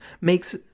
makes